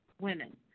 women